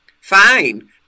Fine